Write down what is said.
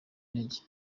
intege